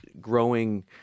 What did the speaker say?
growing